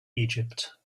egypt